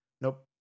Nope